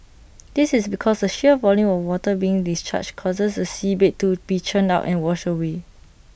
this is because the sheer volume of water being discharged causes the seabed to be churned and washed away